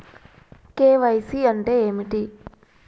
KYC అంటే ఏమిటి?